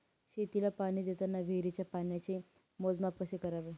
शेतीला पाणी देताना विहिरीच्या पाण्याचे मोजमाप कसे करावे?